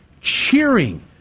cheering